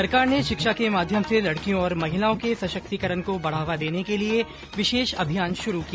सरकार ने शिक्षा के माध्यम से लडकियों और महिलाओं के सशक्तिकरण को बढावा देने के लिए विशेष अभियान शुरू किया